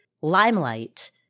limelight